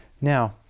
Now